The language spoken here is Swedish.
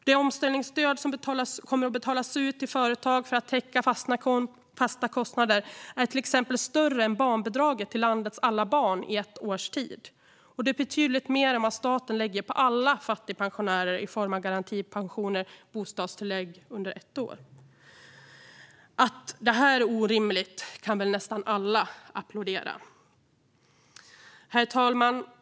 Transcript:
Det omställningsstöd som kommer att betalas ut till företag för att täcka fasta kostnader är till exempel större än barnbidraget till landets alla barn under ett års tid, och det är betydligt mer än vad staten lägger på alla fattigpensionärer i form av garantipensioner och bostadstillägg under ett år. Att detta är orimligt kan väl nästan alla förstå. Herr talman!